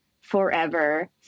forever